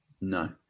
no